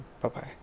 Bye-bye